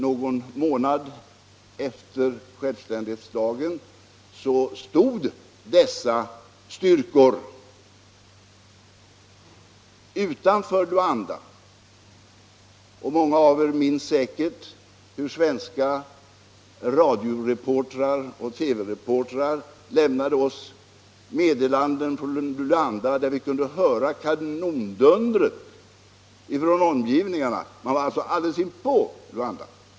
Någon månad efter självständighetsdagen stod fientliga styrkor utanför Luanda. Många av er minns säkert hur svenska radio och TV-reportrar lämnade oss meddelanden från Luanda där vi kunde höra kanondundret från omgivningarna. Motståndarna var alltså alldeles inpå Luanda.